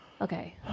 Okay